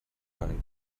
time